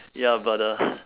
ya but uh